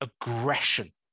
aggression